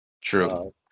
True